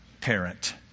parent